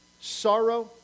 sorrow